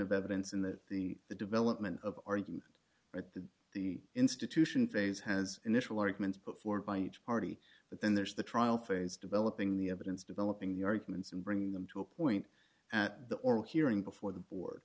of evidence in the the the development of argument or to the institution phrase has initial arguments before by each party but then there's the trial phase developing the evidence developing the arguments and bringing them to a point at the oral hearing before the board